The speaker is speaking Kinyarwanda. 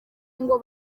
ngo